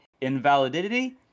invalidity